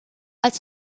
als